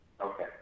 Okay